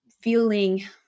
feeling